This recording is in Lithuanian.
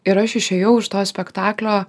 ir aš išėjau iš to spektaklio